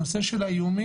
הנושא של האיומים.